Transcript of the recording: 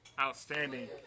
Outstanding